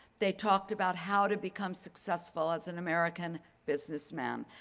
they talked about how to become successful as an american businessman.